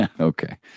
Okay